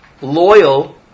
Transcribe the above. loyal